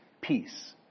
peace